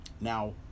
Now